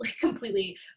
completely